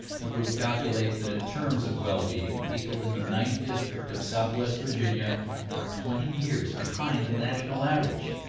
the group calculates that in terms of well-being people in the ninth district of southwest virginia are twenty years behind the national average.